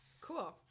Cool